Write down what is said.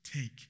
Take